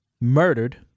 murdered